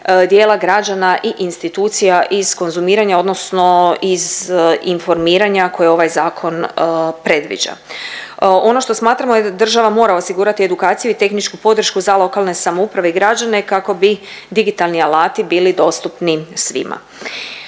dijela građana i institucija iz konzumiranja odnosno iz informiranja koje ovaj zakon predviđa. Ono što smatramo je da država mora osigurati edukaciju i tehničku podršku za lokalne samouprave i građane kako bi digitalni alati bili dostupni svima.